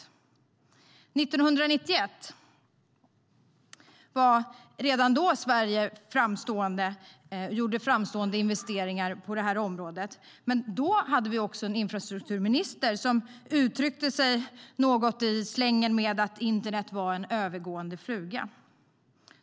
Redan 1991 gjorde Sverige framstående investeringar på det här området, men då hade vi en infrastrukturminister som sa något i stil med att internet var en övergående fluga.